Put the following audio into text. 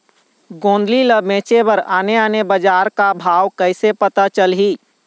गोंदली ला बेचे बर आने आने बजार का भाव कइसे पता चलही?